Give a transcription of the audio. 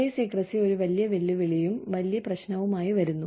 പേ secrecy ഒരു വലിയ വെല്ലുവിളിയും വലിയ പ്രശ്നവുമായി വരുന്നു